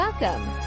Welcome